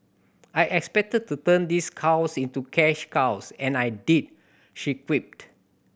I expected to turn these cows into cash cows and I did she quipped